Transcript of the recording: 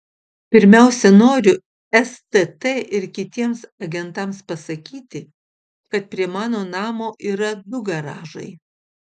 pirmiausia noriu stt ir kitiems agentams pasakyti kad prie mano namo yra du garažai